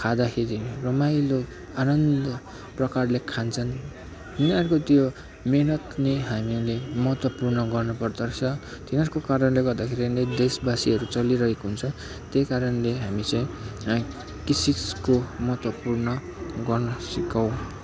खाँदाखेरि रमाइलो आनन्द प्रकारले खान्छन् तिनीहरूको त्यो मेहनत नै हामीले महत्त्वपूर्ण गर्नु पर्दछ त्यो तिनीहरूको कारणले गर्दा नै देसवासीहरू चलिरहेको हुन्छ त्यही कारणले हामी चाहिँ कृषिको महत्त्वपूर्ण गर्न सिकौँ